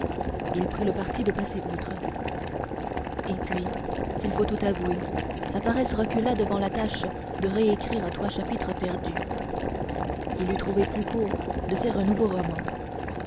il prit le parti de passer outre et puis s'il faut tout avouer sa paresse recula devant la tâche de récrire trois chapitres perdus il eût trouvé plus court de faire un nouveau roman